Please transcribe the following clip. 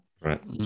Right